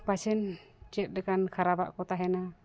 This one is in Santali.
ᱯᱟᱪᱮᱫ ᱪᱮᱫ ᱞᱮᱠᱟᱱ ᱠᱷᱟᱨᱟᱯᱟᱜ ᱠᱚ ᱛᱟᱦᱮᱱᱟ